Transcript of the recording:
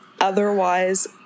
otherwise